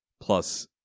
plus